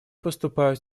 поступают